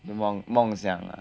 梦想了